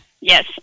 Yes